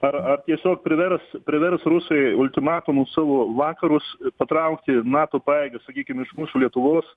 ar ar tiesiog privers privers rusai ultimatumu savo vakarus patraukti nato pajėgas sakykim iš mūsų lietuvos